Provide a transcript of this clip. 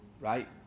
right